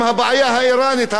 ההפחדה מאירן,